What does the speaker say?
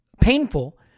painful